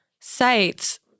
sites